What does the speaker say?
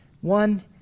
one